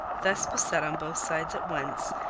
thus beset on both sides at once,